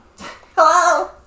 Hello